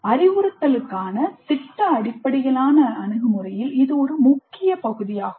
அறிவுறுத்தலுக்கான திட்ட அடிப்படையிலான அணுகுமுறையில் இது ஒரு முக்கிய பகுதியாகும்